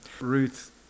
Ruth